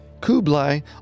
Kublai